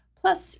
Plus